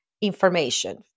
information